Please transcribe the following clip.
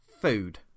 Food